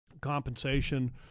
compensation